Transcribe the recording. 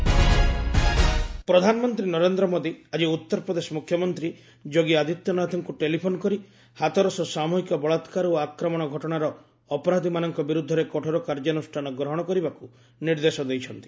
PM UP CM ପ୍ରଧାନମନ୍ତ୍ରୀ ନରେନ୍ଦ୍ର ମୋଦୀ ଆଜି ଉତ୍ତରପ୍ରଦେଶ ମ୍ରଖ୍ୟମନ୍ତ୍ରୀ ଯୋଗୀ ଆଦିତ୍ୟନାଥଙ୍କ ଟେଲିଫୋନ୍ କରି ହାଥରସ ସାମ୍ରହିକ ବଳାକ୍ରାର ଓ ଆକ୍ରମଣ ଘଟଣାର ଅପରାଧୀମାନଙ୍କ ବିରୁଦ୍ଧରେ କଠୋର କାର୍ଯ୍ୟାନ୍ଷାନ ଗ୍ରହଣ କରିବାକୁ ନିର୍ଦ୍ଦେଶ ଦେଇଛନ୍ତି